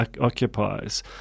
occupies